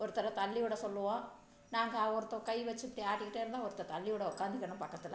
ஒருத்தரை தள்ளிவிட சொல்லுவோம் நாங்கள் ஒருத்தர் கை வச்சு இப்படி ஆட்டிக்கிட்டே இருந்தால் தள்ளிவிட உட்காந்துக்கணும் பக்கத்தில்